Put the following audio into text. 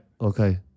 Okay